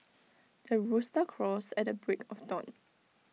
the rooster crows at the break of dawn